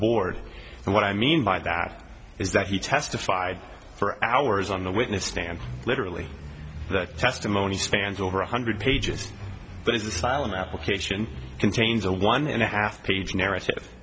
board and what i mean by that is that he testified for hours on the witness stand literally the testimony spans over one hundred pages but his asylum application contains a one and a half page narrative